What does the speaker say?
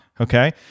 Okay